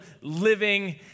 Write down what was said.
living